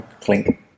clink